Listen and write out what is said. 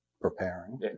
Preparing